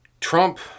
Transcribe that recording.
Trump